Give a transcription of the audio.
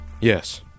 Yes